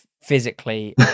physically